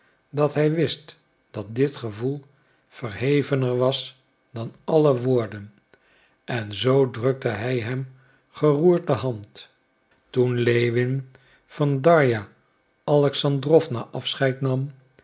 dat hij wist dat dit gevoel verhevener was dan alle woorden en zoo drukte hij hem geroerd de hand toen lewin van darja alexandrowna afscheid nam